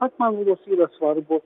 bet man rodos yra svarbu